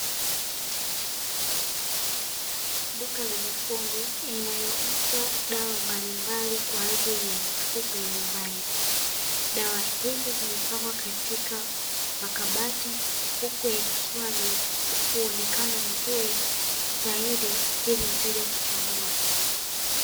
Duka la mifugo inayouza dawa mbalimbali kwa ajili ya mifugo ya nyumbani, dawa hizi zimepangwa katika makabati huku yakiwa na uonekano mzuri zaidi ili mteja kuchagua.